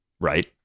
Right